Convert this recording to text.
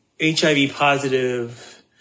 HIV-positive